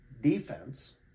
defense